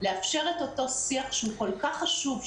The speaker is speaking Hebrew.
לאפשר את אותו שיח שהוא כל כך חשוב.